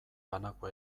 banago